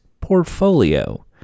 portfolio